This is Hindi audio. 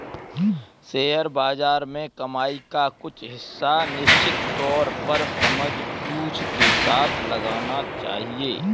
शेयर बाज़ार में कमाई का कुछ हिस्सा निश्चित तौर पर समझबूझ के साथ लगाना चहिये